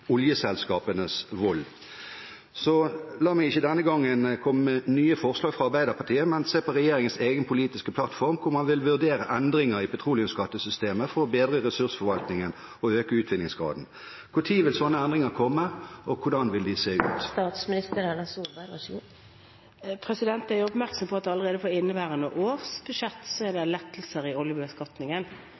oljeselskapenes vold. Så la meg ikke denne gangen komme med nye forslag fra Arbeiderpartiet, men se på regjeringens egen politiske plattform, hvor man vil vurdere endringer i petroleumsskattesystemet for å bedre ressursforvaltningen og øke utvinningsgraden. Når vil slike endringer komme, og hvordan vil de se ut? Jeg gjør oppmerksom på at det allerede på inneværende års budsjett er lettelser i oljebeskatningen